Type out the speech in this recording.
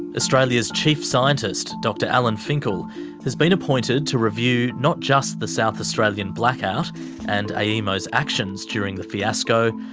australia's chief scientist dr alan finkel has been appointed to review not just the south australian blackout and aemo's actions during the fiasco,